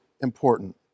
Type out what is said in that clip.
important